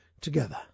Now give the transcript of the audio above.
together